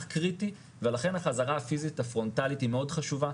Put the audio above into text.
קריטי ולכן החזרה הפיזית הפרונטלית היא מאוד חשובה.